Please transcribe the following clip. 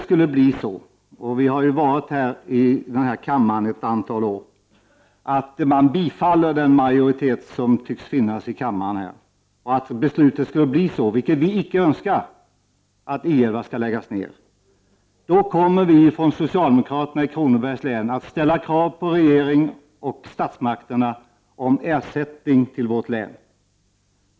Sedan allra sist, herr talman! Därest den majoritet som tycks finnas i kammaren skulle fatta det beslut som vi inte gillar och I 11 läggs ned, då kommer vi socialdemokrater i Kronobergs län att ställa krav på statsmakterna om ersättning till vårt län.